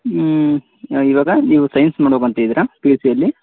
ಹ್ಞೂ ಈವಾಗ ನೀವು ಸೈನ್ಸ್ ಮಾಡ್ಬೇಕೂಂತಾ ಇದ್ದೀರಾ ಪಿ ಯು ಸಿಯಲ್ಲಿ